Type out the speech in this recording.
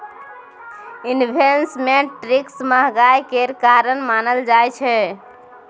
investment risk महंगाई केर कारण मानल जाइ छै